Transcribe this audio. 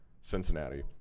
Cincinnati